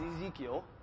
Ezekiel